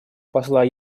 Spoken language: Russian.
посла